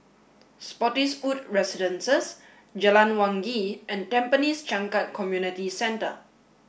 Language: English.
Spottiswoode Residences Jalan Wangi and Tampines Changkat Community Centre